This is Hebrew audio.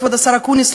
כבוד השר אקוניס,